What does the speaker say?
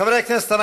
חברי הכנסת,